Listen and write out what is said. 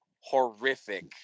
horrific